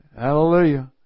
Hallelujah